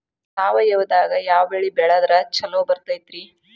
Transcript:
ಸಾವಯವದಾಗಾ ಯಾವ ಬೆಳಿ ಬೆಳದ್ರ ಛಲೋ ಬರ್ತೈತ್ರಿ?